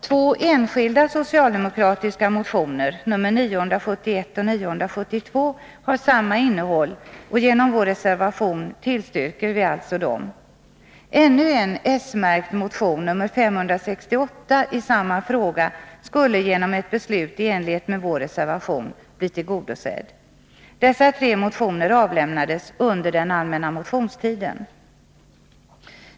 Två enskilda socialdemokratiska motioner, nr 971 och 972, har samma innehåll, och genom vår reservation tillstyrker vi alltså dem. Ännu en märkt motion, nr 568, i samma fråga skulle genom ett beslut i enlighet med vår reservation bli tillgodosedd. Dessa tre motioner avlämnades under den allmänna motionstiden.